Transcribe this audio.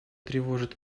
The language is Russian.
тревожит